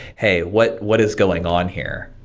hey, what what is going on here?